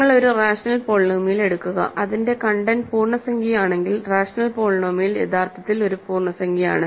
നിങ്ങൾ ഒരു rational polynomial എടുക്കുക അതിന്റെ കണ്ടെന്റ് പൂർണ്ണസംഖ്യയാണെങ്കിൽ റാഷണൽ പോളിനോമിയൽ യഥാർത്ഥത്തിൽ ഒരു പൂർണ്ണസംഖ്യയാണ്